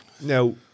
Now